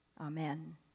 Amen